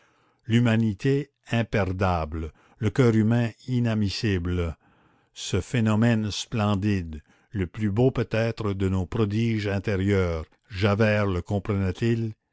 l'humanité imperdable le coeur humain inamissible ce phénomène splendide le plus beau peut-être de nos prodiges intérieurs